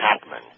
Hackman